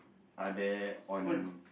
are there on